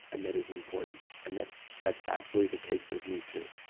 and that is important? and that's that's absolutely the case with me too.